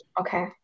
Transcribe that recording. Okay